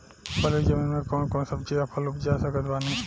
बलुई जमीन मे कौन कौन सब्जी या फल उपजा सकत बानी?